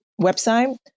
website